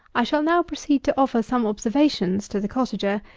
i shall now proceed to offer some observations to the cottager,